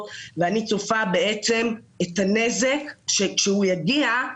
ואני צופה בעצם את הנזק שכשהוא יגיע,